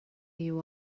you